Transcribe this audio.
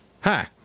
hi